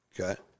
Okay